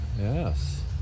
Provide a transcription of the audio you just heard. Yes